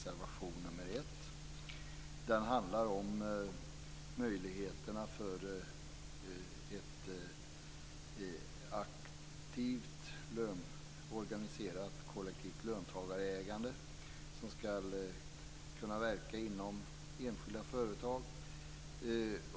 Den handlar om möjligheterna för ett aktivt, organiserat kollektivt löntagarägande som skall kunna verka inom enskilda företag.